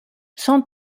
sans